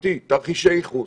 בתקופתי תרחשי ייחוס.